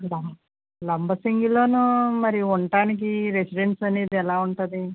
లం లంబసింగిలో మరి ఉండటానికి రెసిడెన్స్ అనేది ఎలా ఉంటుంది